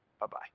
Bye-bye